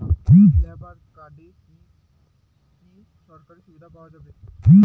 Labour কার্ডে কি কি সরকারি সুবিধা পাওয়া যাবে?